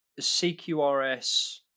CQRS